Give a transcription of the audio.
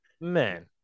man